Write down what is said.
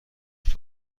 تریل